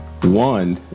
one